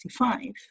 1965